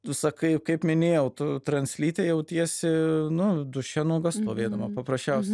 tu sakai kaip minėjau tu translytė jautiesi nu duše nuoga stovėdama paprasčiausiai